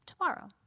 tomorrow